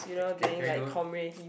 can can we do